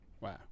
Wow